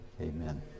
amen